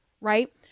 right